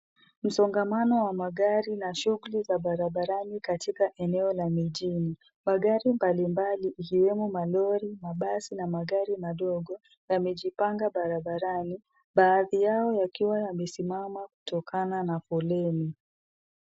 Msongamano wa magari na shughuli za barabarani katika eneo la mijini. Magari mbalimbali ikiwemo malori, mabasi na magari madogo, yamejipanga barabarani, baadhi yao yakiwa yamesimama kutokana na foleni.